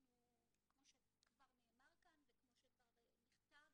כמו שכבר נאמר כאן וכמו שנכתב,